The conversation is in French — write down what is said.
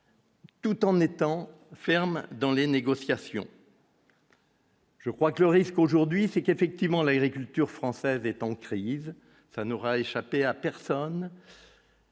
Tout en étant fermes dans les négociations. Je crois que le risque aujourd'hui, c'est qu'effectivement l'agriculture française est en crise, ça n'aura échappé à personne.